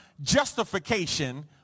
justification